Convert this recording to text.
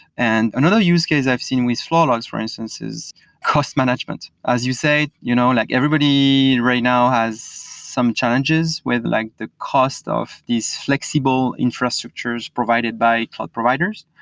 and another use case i've seen with flow logs for instance is cost management. as you said, you know and like everybody and right now has some challenges with like the cost of these flexible infrastructures provided by cloud providers,